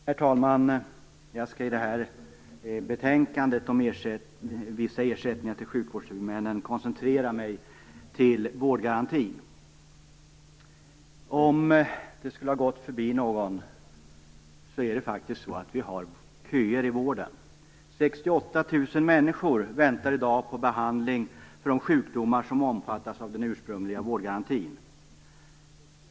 Herr talman! Jag skall i det här betänkandet om vissa ersättningar till sjukvårdshuvudmännen koncentrera mig på vårdgarantin. Om det skulle ha förbigått någon vill jag säga att vi har köer i vården. 68 000 människor väntar i dag på behandling av de sjukdomar som omfattas av den ursprungliga vårdgarantin.